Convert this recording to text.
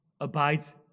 abides